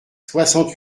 soixante